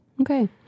okay